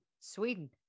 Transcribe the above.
Sweden